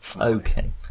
Okay